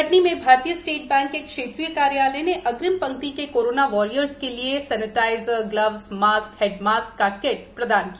कटनी में भारतीय State Bank के क्षेत्रीय कार्यालय ने अग्रिम पंक्ति के करोना वारियर्स के लिए kit sanitizer gloves mask head mask प्रदान किया